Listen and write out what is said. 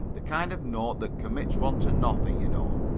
the kind of note that commits one to nothing, you know.